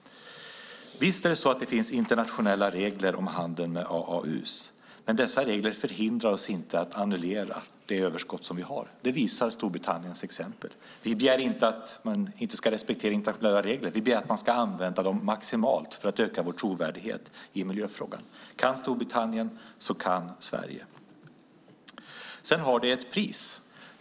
Visst finns det internationella regler om handeln med AAU:er. Men dessa regler förhindrar oss inte annullera det överskott vi har. Det visar Storbritanniens exempel. Vi begär inte att man inte ska respektera internationella regler. Vi begär att man ska använda dem maximalt för att öka vår trovärdighet i miljöfrågan. Kan Storbritannien så kan Sverige. Det har ett pris.